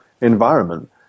environment